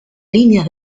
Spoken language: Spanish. líneas